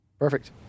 Perfect